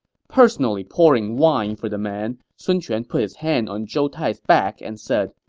personally pouring wine for the man, sun quan put his hand on zhou tai's back and said,